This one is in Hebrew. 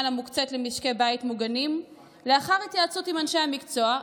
המוקצית למשקי בית מוגנים לאחר התייעצות עם אנשי המקצוע,